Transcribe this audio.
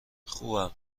خوبم